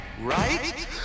Right